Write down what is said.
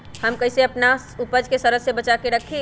हम कईसे अपना उपज के सरद से बचा के रखी?